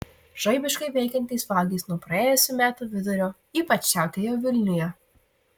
žaibiškai veikiantys vagys nuo praėjusių metų vidurio ypač siautėjo vilniuje